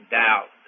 doubt